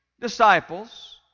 disciples